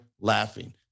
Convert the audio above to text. laughing